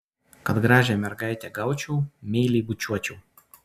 kad gražią mergaitę gaučiau meiliai bučiuočiau